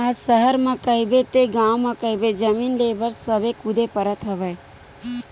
आज सहर म कहिबे ते गाँव म कहिबे जमीन लेय बर सब कुदे परत हवय